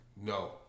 no